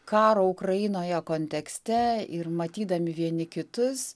karo ukrainoje kontekste ir matydami vieni kitus